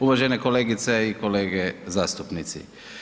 Uvažene kolegice i kolege zastupnici.